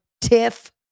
Tiff